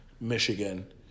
Michigan